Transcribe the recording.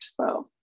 Expo